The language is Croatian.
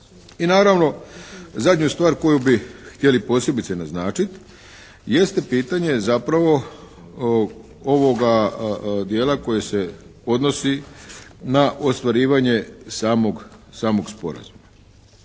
I naravno zadnju stvar koju bi htjeli posebice naznačiti, jeste pitanje zapravo ovoga dijela koji se odnosi na ostvarivanje samog sporazuma.